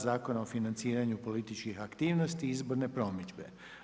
Zakona o financiranju političkih aktivnosti i izborne promidžbe.